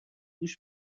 گوش